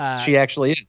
she actually.